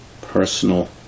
personal